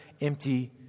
empty